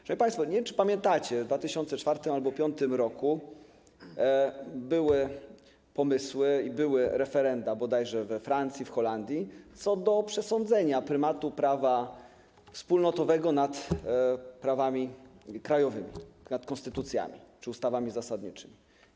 Szanowni państwo, nie wiem, czy pamiętacie, w 2004 r. albo w 2005 r. były pomysły i były referenda bodajże we Francji, w Holandii co do przesądzenia prymatu prawa wspólnotowego nad prawami krajowymi, nad konstytucjami czy ustawami zasadniczymi.